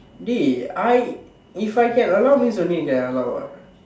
dey I if I can allow means then you can allow what